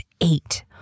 eight